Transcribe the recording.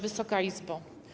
Wysoka Izbo!